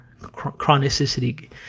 chronicity